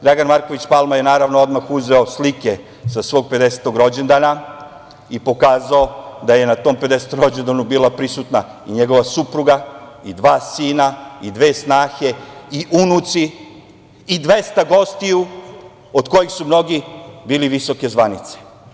Dragan Marković Palma je naravno odmah uzeo slike sa svog pedesetog rođendana i pokazao da je na tom pedesetom rođendanu bila prisutna i njegova supruga i dva sina i dve snahe i unuci i 200 gostiju od kojih su mnogi bili visoke zvanice.